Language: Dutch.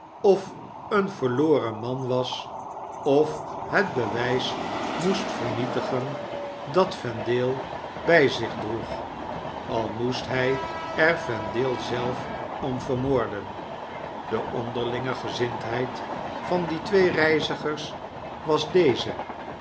of een verloren man was of het bewy s moest vernietigen dat vendale by zich droeg al moest hy er vendale zelf om vermoorden de onderlinge gezindheid van die twee reizigers was deze